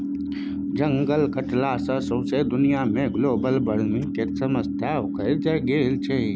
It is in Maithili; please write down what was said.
जंगल कटला सँ सौंसे दुनिया मे ग्लोबल बार्मिंग केर समस्या उखरि गेल छै